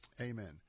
Amen